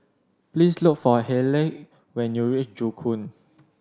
please look for Hayleigh when you reach Joo Koon